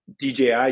dji